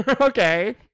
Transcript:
Okay